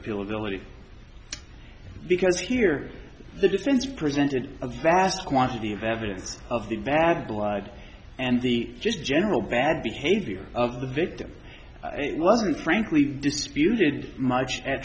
ability because here the defense presented a vast quantity of evidence of the bad blood and the just general bad behavior of the victim it wasn't frankly disputed much at